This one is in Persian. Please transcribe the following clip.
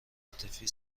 عاطفی